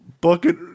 bucket